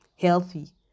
healthy